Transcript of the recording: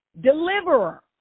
deliverer